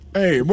Hey